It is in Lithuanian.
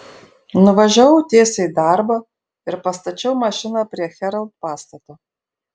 nuvažiavau tiesiai į darbą ir pastačiau mašiną prie herald pastato